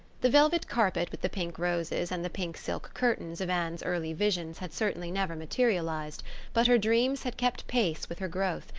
the velvet carpet with the pink roses and the pink silk curtains of anne's early visions had certainly never materialized but her dreams had kept pace with her growth,